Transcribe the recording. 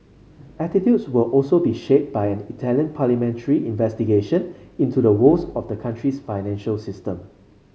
attitudes will also be shaped by an Italian parliamentary investigation into the woes of the country's financial system